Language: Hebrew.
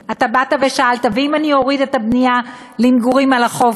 באת ושאלת: ואם אוריד את הבנייה למגורים על החוף,